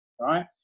right